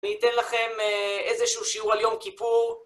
אני אתן לכם איזשהו שיעור על יום כיפור.